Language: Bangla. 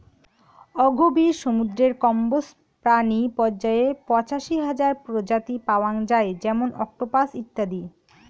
অগভীর সমুদ্রের কম্বোজ প্রাণী পর্যায়ে পঁচাশি হাজার প্রজাতি পাওয়াং যাই যেমন অক্টোপাস ইত্যাদি